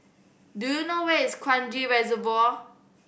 do you know where is Kranji Reservoir